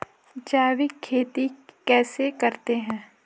जैविक खेती कैसे करते हैं?